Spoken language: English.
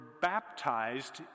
baptized